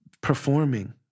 performing